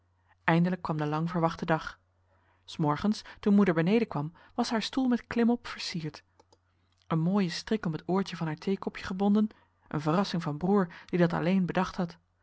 eindelijk kwam de lang verwachte dag s morgens toen moeder beneden kwam was haar stoel met klimop versierd een mooie strik om het oortje van haar theekopje gebonden een verrassing van broer die dat alleen bedacht had